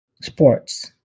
sports